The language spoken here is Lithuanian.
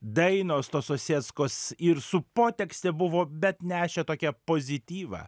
dainos tos osieckos ir su potekste buvo bet nešė tokią pozityvą